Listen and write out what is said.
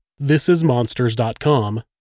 thisismonsters.com